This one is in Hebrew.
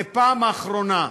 זו פעם אחרונה.